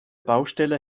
baustelle